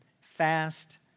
fast